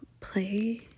play